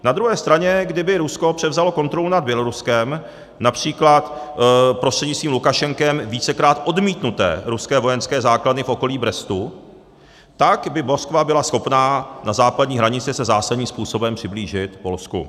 Na druhé straně kdyby Rusko převzalo kontrolu nad Běloruskem, například prostřednictvím Lukašenkem vícekrát odmítnuté ruské vojenské základny v okolí Brestu, tak by Moskva byla schopna na západní hranici se zásadním způsobem přiblížit Polsku.